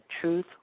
truth